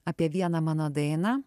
apie vieną mano dainą